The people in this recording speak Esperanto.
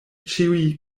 ĉiuj